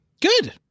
Good